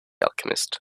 alchemist